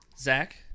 Zach